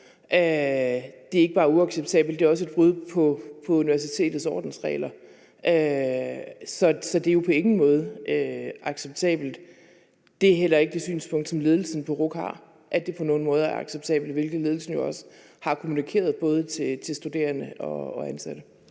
er ikke bare uacceptabelt, det er også et brud på universitetets ordensregler. Så det er jo på ingen måde acceptabelt. Det er heller ikke det synspunkt, som ledelsen på RUC har, altså at det på nogen måde er acceptabelt, hvilket ledelsen jo også har kommunikeret både til studerende og ansatte.